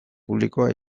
publikoa